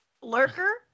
Lurker